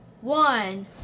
one